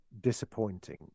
disappointing